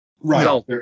right